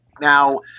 Now